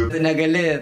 tu negali